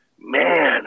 man